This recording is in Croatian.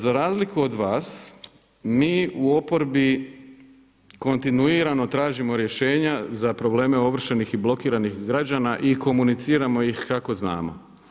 Za razliku od vas mi u oporbi kontinuirano tražimo rješenja za probleme ovršenih i blokiranih građana i komuniciramo ih kako znamo.